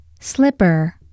Slipper